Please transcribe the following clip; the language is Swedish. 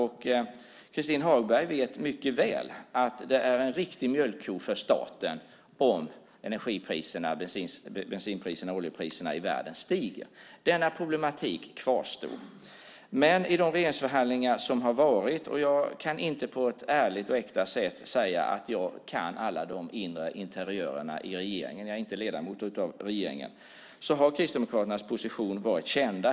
Christin Hagberg vet mycket väl att det är en riktig mjölkko för staten om bensin och oljepriserna i världen stiger. Jag kan inte ärligt säga att jag känner till alla de inre förehavandena i regeringen - jag är ju inte ledamot av regeringen - men i regeringsförhandlingarna har Kristdemokraternas position varit känd.